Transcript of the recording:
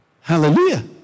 Hallelujah